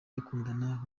bakundana